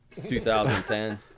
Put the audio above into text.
2010